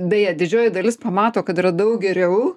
beje didžioji dalis pamato kad yra daug geriau